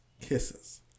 Kisses